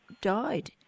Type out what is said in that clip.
died